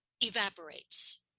evaporates